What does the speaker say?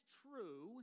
true